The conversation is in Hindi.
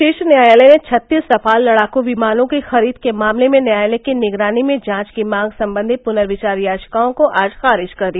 शीर्ष न्यायालय ने छत्तीस रफाल लड़ाकू विमानों की खरीद के मामले में न्यायालय की निगरानी में जांच की मांग संबंधी पुनर्विचार याचिकाओं को आज खारिज कर दिया